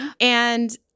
And-